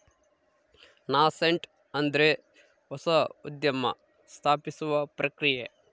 nascent ಅಂದ್ರೆ ಹೊಸ ಉದ್ಯಮ ಸ್ಥಾಪಿಸುವ ಪ್ರಕ್ರಿಯೆ